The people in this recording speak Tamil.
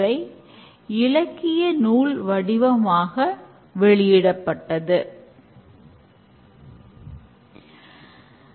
அவர்கள GUI சோதனை மற்றும் டேட்டாபேஸ் டெவலப்மென்ட் ஆகிய திறன்களை கொண்டுள்ளனர்